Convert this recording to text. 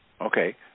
okay